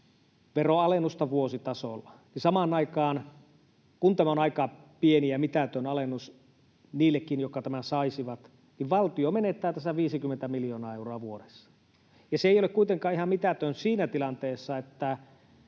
veronalennusta vuositasolla, niin samaan aikaan — kun tämä on aika pieni ja mitätön alennus niillekin, jotka tämän saisivat — valtio menettää tässä 50 miljoonaa euroa vuodessa. Ja se ei ole kuitenkaan ihan mitätön asia siinä tilanteessa, että